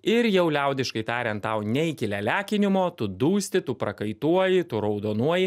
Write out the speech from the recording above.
ir jau liaudiškai tariant tau ne iki lialiakinimo tu dūsti tu prakaituoji tu raudonuoji